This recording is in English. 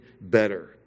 better